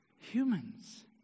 humans